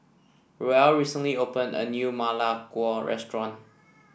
Ruel recently opened a new Ma Lai Gao restaurant